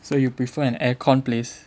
so you prefer an aircon place